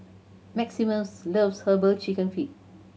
Maximus loves Herbal Chicken Feet